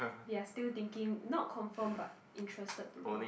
they're still thinking not confirm but interested to go